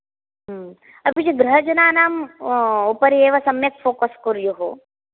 अपि च गृहजनानां उपरि एव सम्यक् फोकस् कुर्युः